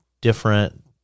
different